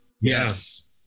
Yes